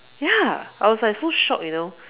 ya I was like so shock you know